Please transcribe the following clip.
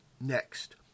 next